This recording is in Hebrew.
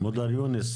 מודר יונס,